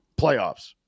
playoffs